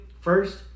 first